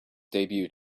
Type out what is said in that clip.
debut